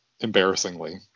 embarrassingly